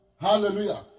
Hallelujah